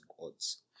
gods